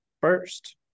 first